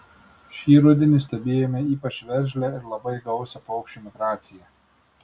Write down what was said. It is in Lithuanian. šį rudenį stebėjome ypač veržlią ir labai gausią paukščių migraciją